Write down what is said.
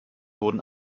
wurden